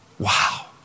Wow